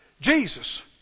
Jesus